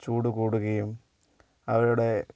ചൂടുകൂടുകയും അവരുടെ